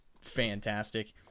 fantastic